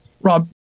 Rob